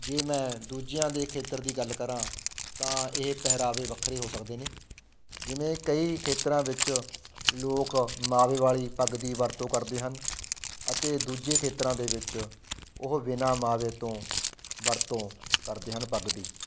ਜੇ ਮੈਂ ਦੂਜਿਆਂ ਦੇ ਖੇਤਰ ਦੀ ਗੱਲ ਕਰਾਂ ਤਾਂ ਇਹ ਪਹਿਰਾਵੇ ਵੱਖਰੇ ਹੋ ਸਕਦੇ ਨੇ ਜਿਵੇਂ ਕਈ ਖੇਤਰਾਂ ਵਿੱਚ ਲੋਕ ਮਾਵੇ ਵਾਲੀ ਪੱਗ ਦੀ ਵਰਤੋਂ ਕਰਦੇ ਹਨ ਅਤੇ ਦੂਜੇ ਖੇਤਰਾਂ ਦੇ ਵਿੱਚ ਉਹ ਬਿਨਾਂ ਮਾਵੇ ਤੋਂ ਵਰਤੋਂ ਕਰਦੇ ਹਨ ਪੱਗ ਦੀ